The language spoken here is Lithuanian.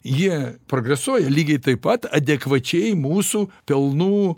jie progresuoja lygiai taip pat adekvačiai mūsų pelnų